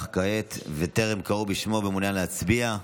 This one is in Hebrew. כעת וטרם קראו בשמו ומעוניין להצביע?